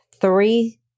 three